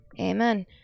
Amen